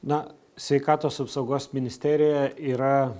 na sveikatos apsaugos ministerija yra